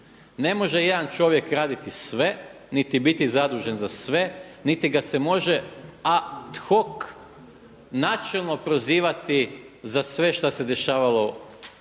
ne može jedan čovjek raditi sve, niti biti zadužen za sve, niti ga se može ad hoc načelno prozivati za sve što se dešavalo u